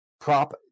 prop